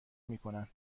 میکنند